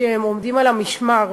כשהם עומדים על המשמר,